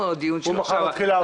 על פי איזה תנאים הוא מתחיל מחר